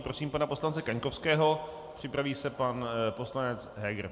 Prosím pana poslance Kaňkovského, připraví se pan poslanec Heger.